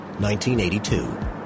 1982